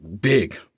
big